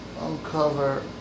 uncover